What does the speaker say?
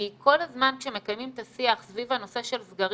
כי כל הזמן כשמקיימים את השיח סביב הנושא של סגרים,